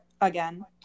again